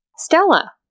Stella